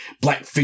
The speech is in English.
black